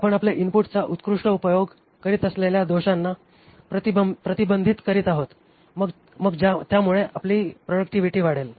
आपण आपल्या इनपुटचा उत्कृष्ट उपयोग करीत असलेल्या दोषांना प्रतिबंधित करीत आहोत मग त्यामुळे आपली प्रॉडक्टिव्हिटी वाढेल